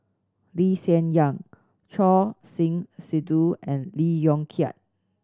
Lee Hsien Yang Choor Singh Sidhu and Lee Yong Kiat